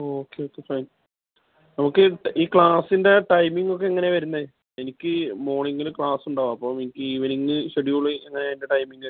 okay okay fine നമുക്ക് ഈ ക്ലാസിന്റെ ടൈമിങ്ങൊക്കെ എങ്ങനെ ആണ് വരുന്നത് എനിക്ക് മോണിങ്ങില് ക്ലാസുണ്ടാവും അപ്പം എനിക്ക് ഇവനിങ് ഷെഡ്യൂള് എങ്ങനെയാണ് അതിന്റെ ടൈമിങ്ങ് വരുന്നത്